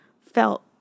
felt